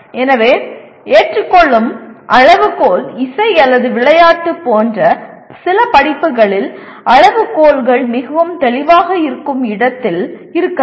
எனவே ஏற்றுக்கொள்ளும் அளவுகோல் இசை அல்லது விளையாட்டு போன்ற சில படிப்புகளில் அளவுகோல்கள் மிகவும் தெளிவாக இருக்கும் இடத்தில் இருக்கலாம்